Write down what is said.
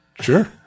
Sure